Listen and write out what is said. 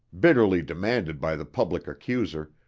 bitterly demanded by the public accuser,